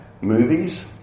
movies